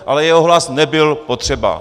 Ale jeho hlas nebyl potřeba.